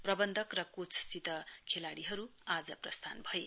प्रवन्धक र कोचसित खेलाड़ीहरू आज प्रस्थान भए